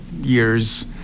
years